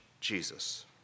Jesus